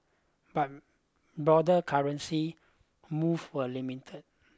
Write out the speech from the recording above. but broader currency moves were limited